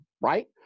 right